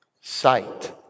sight